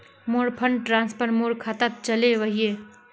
मोर fund transfer मोर खातात चले वहिये